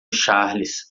charles